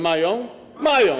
Mają, mają.